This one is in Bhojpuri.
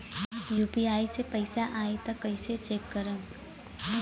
यू.पी.आई से पैसा आई त कइसे चेक खरब?